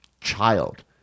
child